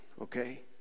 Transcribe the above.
Okay